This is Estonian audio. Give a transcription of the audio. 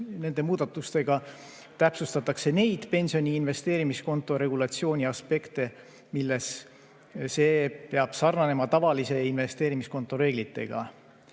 Nende muudatustega täpsustatakse neid pensioni investeerimiskonto regulatsiooni aspekte, milles see peab sarnanema tavalise investeerimiskonto reeglitega.